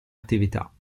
attività